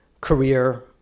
career